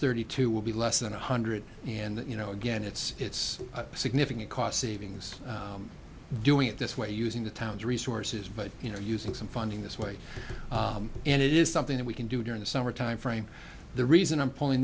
thirty two will be less than one hundred and you know again it's it's a significant cost savings doing it this way using the town's resources but you know using some funding this way and it is something that we can do during the summer timeframe the reason i'm pulling